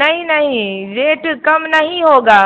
नहीं नहीं रेट कम नहीं होगा